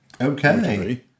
Okay